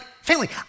family